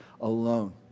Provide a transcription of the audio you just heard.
alone